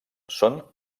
són